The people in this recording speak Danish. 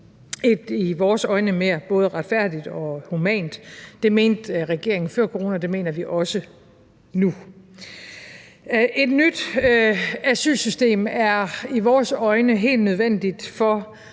der i vores øjne både er mere retfærdigt og humant. Det mente regeringen før corona, det mener vi også nu. Et nyt asylsystem er i vores øjne helt nødvendigt for